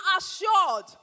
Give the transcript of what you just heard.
assured